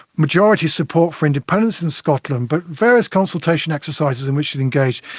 majority support for independence in scotland. but various consultation exercises in which it engaged,